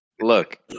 Look